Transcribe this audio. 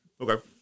Okay